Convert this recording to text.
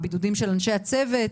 בידודים של אנשי צוות,